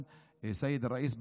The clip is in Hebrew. אדוני היושב-ראש,